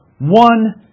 one